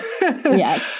yes